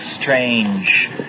strange